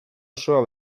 osoa